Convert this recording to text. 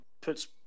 puts